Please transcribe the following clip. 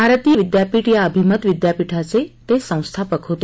भारती विदयापीठ या अभिमत विदयापीठाचे ते संस्थापक होते